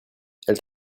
elle